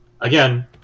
Again